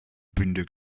bünde